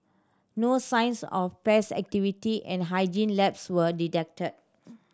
no signs of pest activity and hygiene lapses were detected